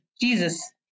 Jesus